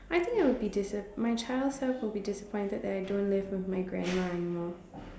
I think I would be disap~ my child self would be disappointed that I don't live with my grandma anymore